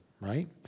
right